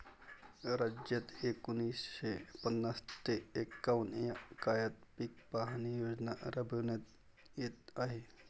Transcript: राज्यात एकोणीसशे पन्नास ते एकवन्न या काळात पीक पाहणी योजना राबविण्यात येत आहे